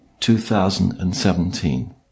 2017